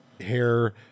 hair